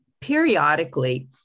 Periodically